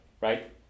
right